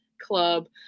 club